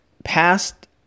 past